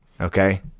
Okay